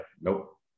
nope